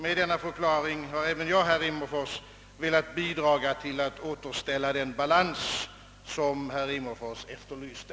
Med denna förklaring har även jag, herr Rimmerfors, velat bidraga till att återställa den balans som herr Rimmerfors efterlyste.